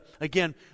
again